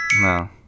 No